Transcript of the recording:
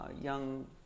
young